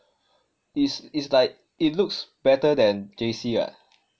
is it's like it looks better than J_C [what]